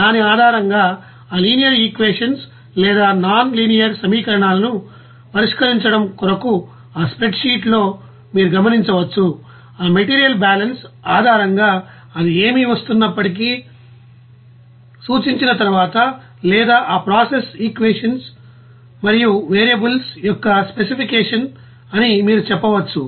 దాని ఆధారంగా ఆ లినియర్ ఈక్వేషన్స్ లేదా నాన్ లీనియర్ సమీకరణాలను పరిష్కరించడం కొరకు ఆ స్ప్రెడ్ షీట్ లో మీరు గమనించవచ్చు ఆ మెటీరియల్ బ్యాలెన్స్ ఆధారంగా అది ఏమి వస్తున్నప్పటికీ సూచించిన తరువాత లేదా ఆ ప్రాసెస్ ఈక్వేషన్స్ మరియు వేరియబుల్స్ యొక్క స్పెసిఫికేషన్ అని మీరు చెప్పవచ్చు